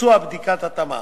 ביצוע בדיקת התאמה